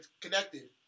connected